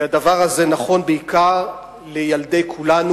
והדבר הזה נכון בעיקר לילדי כולנו.